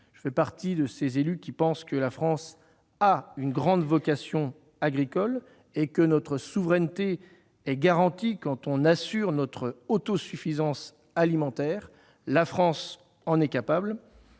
Je fais partie de ces élus qui pensent que la France a une grande vocation agricole et que notre souveraineté est garantie pour autant que notre autosuffisance alimentaire soit assurée. Notre pays